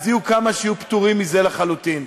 אז יהיו כמה שיהיו פטורים מזה לחלוטין.